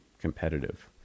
competitive